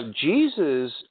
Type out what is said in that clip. Jesus